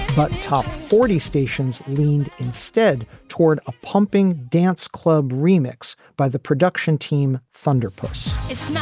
but top forty stations leaned instead toward a pumping dance club remix by the production team thunder push is